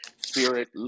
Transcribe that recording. spirit